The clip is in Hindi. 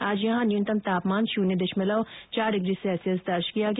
आज यहां न्यूनतम तापमान शून्य दशमलव चार डिग्री सैल्सियस दर्ज किया गया